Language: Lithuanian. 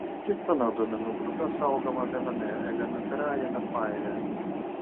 kiekviena duomenų grupė saugoma viename elementariajame faile